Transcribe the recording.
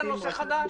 בדקת שזה נושא חדש?